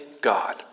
God